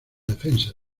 defensa